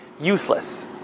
useless